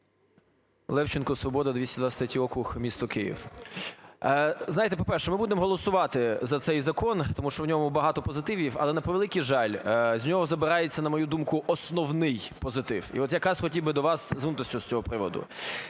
Левченко, "Свобода", 223 округ, місто Київ. Знаєте, по-перше, ми будемо голосувати за цей закон, тому що в ньому багато позитивів. Але, на превеликий жаль, з нього забирається, на мою думку, основний позитив. І от якраз хотів би до вас звернутися з цього приводу.